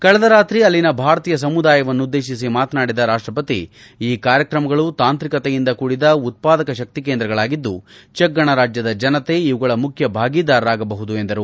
ಕಳೆದ ರಾತ್ರಿ ಅಲ್ಲಿನ ಭಾರತೀಯ ಸಮುದಾಯವನ್ನುದ್ದೇಶಿಸಿ ಮಾತನಾಡಿದ ರಾಷ್ಟಪತಿ ಈ ಕಾರ್ಯಕ್ರಮಗಳು ತಾಂತ್ರಿಕತೆಯಿಂದ ಕೂಡಿದ ಉದ್ವಾದಕ ಶಕ್ತಿ ಕೇಂದ್ರಗಳಾಗಿದ್ದು ಚೆಕ್ ಗಣರಾಜ್ಯದ ಜನತೆ ಇವುಗಳ ಮುಖ್ಯ ಭಾಗೀದಾರರಾಗ ಬಹುದು ಎಂದರು